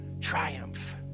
triumph